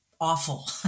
awful